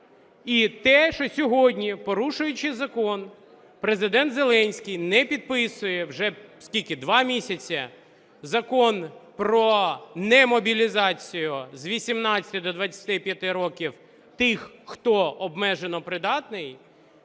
І те, що сьогодні, порушуючи закон, Президент Зеленський не підписує (вже скільки – два місяці) Закон про немобілізацію з 18 до 25 років тих, хто обмежено придатний,